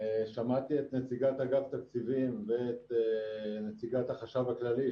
שמעתי את נציגת אגף תקציבים ואת נציגת החשב הכללי,